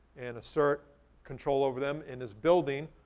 and assert control over them and is building,